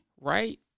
right